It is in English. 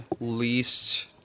least